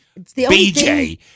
BJ